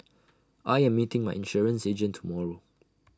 I am meeting my insurance agent tomorrow